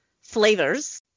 flavors